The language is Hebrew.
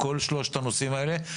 כל שלושת הנושאים האלה.